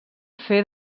fer